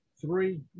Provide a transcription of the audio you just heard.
three